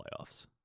playoffs